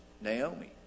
Naomi